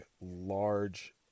large